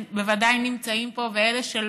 בוודאי אלה נמצאים פה וגם אלה שלא,